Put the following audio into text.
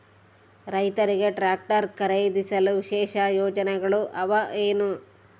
ರೈತರಿಗೆ ಟ್ರಾಕ್ಟರ್ ಖರೇದಿಸಲು ವಿಶೇಷ ಯೋಜನೆಗಳು ಅವ ಏನು?